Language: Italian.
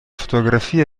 fotografia